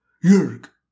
Yerk